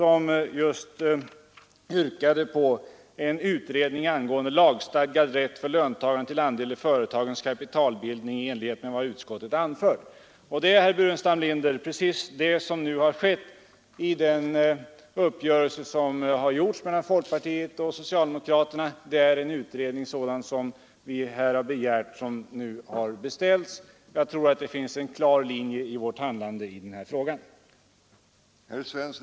I den yrkade vi på en utredning angående lagstadgad rätt för löntagarna till andel i företagens kapitalbildning. Det är, herr Burenstam Linder, utfästelse om en sådan utredning som finns med i den uppgörelse folkpartiet och socialdemokraterna nu träffat. Det finns en klar linje i vårt handlande i den här frågan.